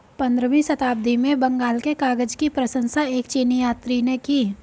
पंद्रहवीं शताब्दी में बंगाल के कागज की प्रशंसा एक चीनी यात्री ने की